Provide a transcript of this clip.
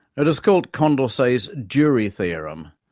it is called condorcet's jury theorem,